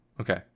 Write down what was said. okay